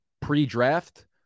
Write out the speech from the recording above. pre-draft